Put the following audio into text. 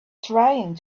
trying